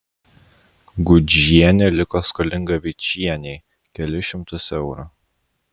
gudžienė liko skolinga vičienei kelis šimtus eurų